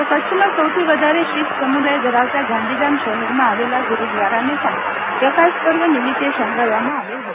તો કચ્છમાં સૌથી વધારે શ ોખ સમુદાય ધરાવતા ગાંધીધામ શહરમાં આવેલા ગુરૂદવારાને પણ પ્રકાશ પવ નિમિતે શણગારવામાં અ ાવેલ હત